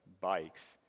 bikes